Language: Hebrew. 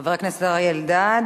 חבר הכנסת אריה אלדד,